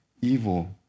evil